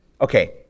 Okay